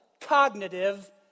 cognitive